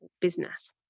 business